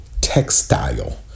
textile